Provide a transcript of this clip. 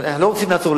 אנחנו לא רוצים לעצור.